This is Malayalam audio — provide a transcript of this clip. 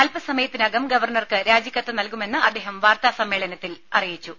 അല്പസമയത്തിനകം ഗവർണർക്ക് രാജിക്കത്ത് നൽകുമെന്ന് അദ്ദേഹം വാർത്താസമ്മേളനത്തിൽ അറിയിച്ചു